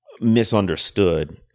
misunderstood